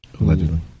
Allegedly